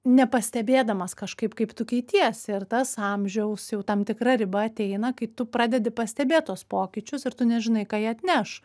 nepastebėdamas kažkaip kaip tu keitiesi ir tas amžiaus jau tam tikra riba ateina kai tu pradedi pastebėt tuos pokyčius ir tu nežinai ką jie atneš